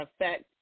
affect